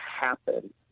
happen